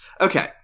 okay